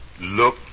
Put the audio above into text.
look